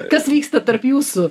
kas vyksta tarp jūsų